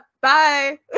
bye